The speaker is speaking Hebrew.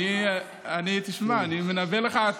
יש נושא חשוב מאוד.